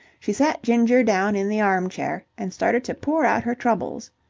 she sat ginger down in the armchair and started to pour out her troubles.